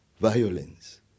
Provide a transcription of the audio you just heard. violence